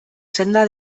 senda